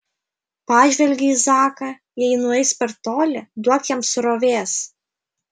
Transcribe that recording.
pažvelgė į zaką jei nueis per toli duok jam srovės